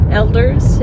elders